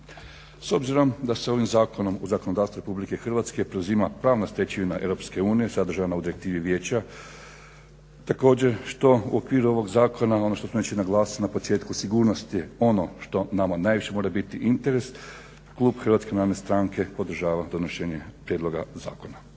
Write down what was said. S obzirom da se ovim zakonom u zakonodavstvu Republike Hrvatske preuzima pravna stečevina EU sadržana u direktivi Vijeća također što u okviru ovog zakona ono što smo već i naglasili na početku sigurnost je ono što nama najviše može biti interes klub Hrvatske narodne stranke podržava donošenje prijedloga zakona.